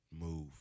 move